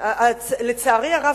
לצערי הרב,